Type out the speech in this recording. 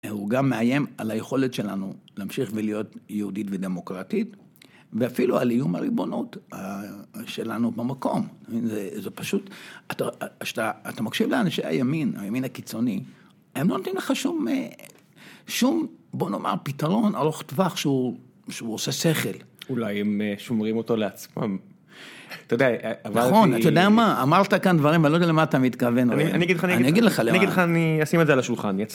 הוא גם מאיים על היכולת שלנו להמשיך ולהיות יהודית ודמוקרטית. ואפילו על איום הריבונות שלנו במקום. זה פשוט... כשאתה מקשיב לאנשי הימין, הימין הקיצוני, הם לא נותנים לך שום... שום, בוא נאמר, פתרון על ארוך טווח שהוא עושה שכל. אולי הם שומרים אותו לעצמם. אתה יודע, עברתי... נכון, אתה יודע מה, אמרת כאן דברים, אני לא יודע למה אתה מתכוון. אני אגיד לך... אני אגיד לך, אני אשים את זה על השולחן.